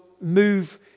move